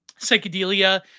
psychedelia